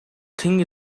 thing